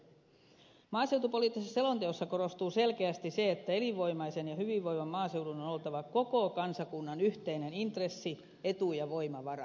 maaseutupoliittisessa selonteossa korostuu selkeästi se että elinvoimaisen ja hyvinvoivan maaseudun on oltava koko kansakunnan yhteinen intressi etu ja voimavara